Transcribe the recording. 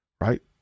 right